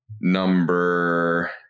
number